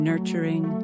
Nurturing